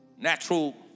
Natural